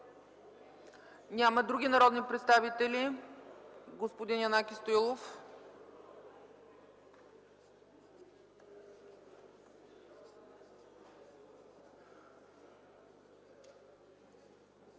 желаещи народни представители? Господин Янаки Стоилов,